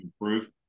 improve